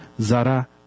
Zara